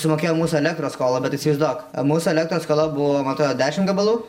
sumokėjo mūsų elektros skolą bet įsivaizduok musų elektros skola buvo man atrodo dešimt gabalų